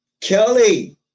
Kelly